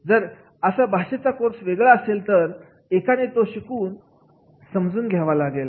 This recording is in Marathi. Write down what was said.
जर असा भाषेचा कोर्स वेगळा असेल तर एकाने तो शिकून समजून घ्यावा लागेल